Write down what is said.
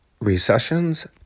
Recessions